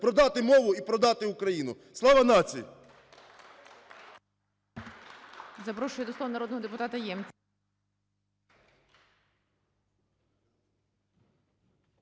продати мову і продати Україну. Слава нації!